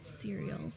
cereal